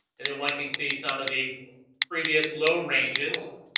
and then one can see some of the previous low ranges